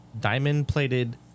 diamond-plated